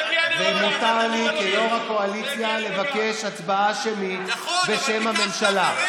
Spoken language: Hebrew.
ומותר לי כיו"ר הקואליציה לבקש הצבעה שמית בשם הממשלה.